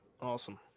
Awesome